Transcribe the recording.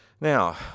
Now